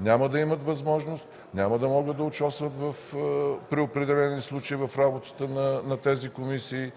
Няма да имат възможност, няма да могат да участват при определени случая в работата на тези комисии,